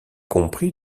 compris